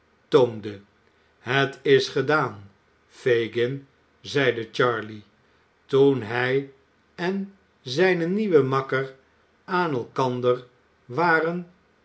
het is gedaan fagin zeide charley toen hij en zijne nieuwe makker aan elkander waren